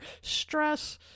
stress